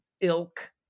ilk